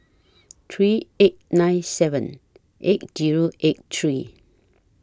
three eight nine seven eight Zero eight three